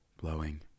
Blowing